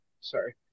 Sorry